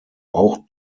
auch